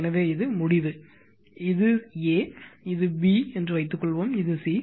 எனவே இது முடிவு இது ஏ இது பி என்று வைத்துக்கொள்வோம் இது சி